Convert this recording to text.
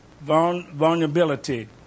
vulnerability